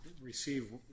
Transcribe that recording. receive